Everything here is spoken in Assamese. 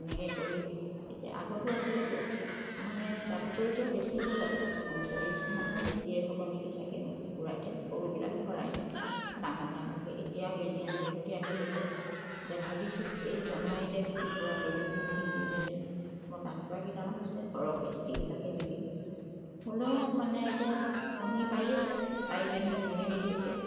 এনেকে কৰি এতিয়া আগতেও আছিলে মানে তাতোকৈ এতিয়া বেছি হ'ল আৰু পঞ্চলিছ মানৰ বেছিয়ে হ'ব নেকি চাগে মোৰ কুকুৰা এতিয়া সৰুবিলাক ধৰাই নাই ডাঙৰ ডাঙৰবিলাক এতিয়াও বেজী আনিবলগীয়া হৈ আছে এতিয়া ভাবিছোঁ এই জানুৱাৰীতে কুকুৰা কেইজনীমান বিকি মেলি মতা কুকুৰা কেইটামান আছে সৰহকে সেইকিটাকে বিকিম হ'লেও মানে এতিয়া কণী পাৰি আছে চাৰিজনী উমনি বহি আছে